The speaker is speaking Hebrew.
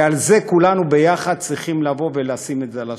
ואת זה כולנו יחד צריכים לשים על השולחן,